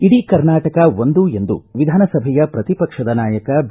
ಇಡೀ ಕರ್ನಾಟಕ ಒಂದು ಎಂದು ವಿಧಾನಸಭೆಯ ಪ್ರತಿ ಪಕ್ಷದ ನಾಯಕ ಬಿ